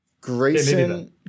Grayson